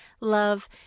love